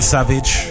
Savage